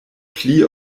pli